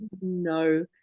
no